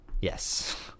Yes